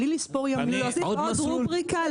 בלי לספור ימים --- להוסיף עוד רובריקה?